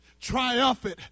triumphant